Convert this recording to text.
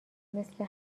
مثل